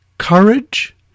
courage